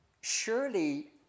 surely